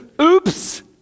Oops